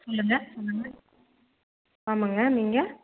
சொல்லுங்கள் ஆமாங்க நீங்கள்